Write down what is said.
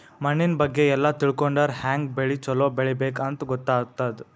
ಮಣ್ಣಿನ್ ಬಗ್ಗೆ ಎಲ್ಲ ತಿಳ್ಕೊಂಡರ್ ಹ್ಯಾಂಗ್ ಬೆಳಿ ಛಲೋ ಬೆಳಿಬೇಕ್ ಅಂತ್ ಗೊತ್ತಾಗ್ತದ್